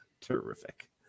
Terrific